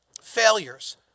Failures